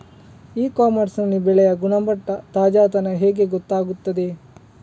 E commerce ನಲ್ಲಿ ಬೆಳೆಯ ಗುಣಮಟ್ಟ, ತಾಜಾತನ ಹೇಗೆ ಗೊತ್ತಾಗುತ್ತದೆ?